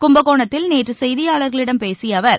கும்பகோணத்தில் நேற்று செய்தியாளர்களிடம் பேசிய அவர்